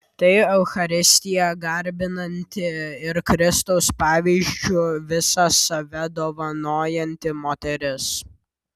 tai eucharistiją garbinanti ir kristaus pavyzdžiu visą save dovanojanti moteris